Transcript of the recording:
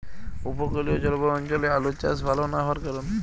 উপকূলীয় জলবায়ু অঞ্চলে আলুর চাষ ভাল না হওয়ার কারণ?